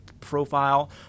profile